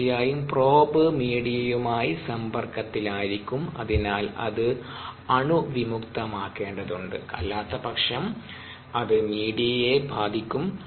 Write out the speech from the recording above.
തീർച്ചയായും പ്രോബ് മീഡിയയുമായി സമ്പർക്കത്തിൽ ആയിരിക്കും അതിനാൽ അത് അണുവിമുക്തമാകേണ്ടതുണ്ട് അല്ലാത്തപക്ഷം അത് മീഡിയയെ ബാധിക്കും